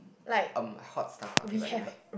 um hot stuff okay but never mind